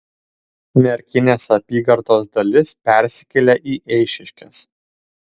merkinės apygardos dalis persikėlė į eišiškes